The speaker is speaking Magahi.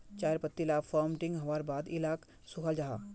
चायर पत्ती ला फोर्मटिंग होवार बाद इलाक सुखाल जाहा